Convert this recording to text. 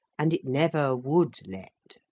and it never would let.